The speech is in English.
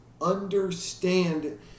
understand